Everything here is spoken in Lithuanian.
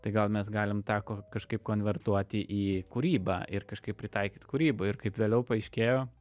tai gal mes galim tą ko kažkaip konvertuoti į kūrybą ir kažkaip pritaikyt kūryboj ir kaip vėliau paaiškėjo